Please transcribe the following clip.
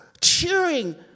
cheering